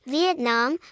Vietnam